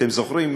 אתם זוכרים,